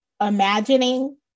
imagining